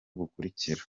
bukurikira